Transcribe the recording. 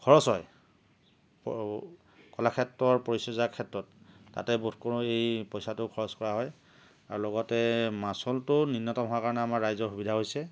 খৰচ হয় কলাক্ষেত্ৰত পৰিচৰ্যাৰ ক্ষেত্ৰত তাতে বোধ কৰোঁ এই পইচাটো খৰচ কৰা হয় আৰু লগতে মাচুলটো ন্যূনতম হোৱাৰ কাৰণে আমাৰ ৰাইজৰ সুবিধা হৈছে